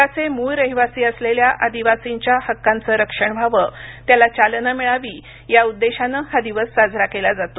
जगाचे मूळ रहिवासी असलेल्या आदिवासींच्या हक्कांचं रक्षण व्हावं त्याला चालना मिळावी या उद्देशानं हा दिवस साजरा केला जातो